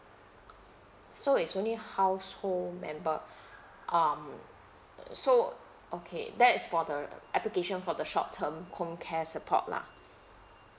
so it's only household member um so okay that's for the application for the short term comcare support lah